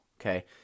Okay